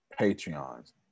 patreons